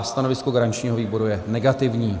Stanovisko garančního výboru je negativní.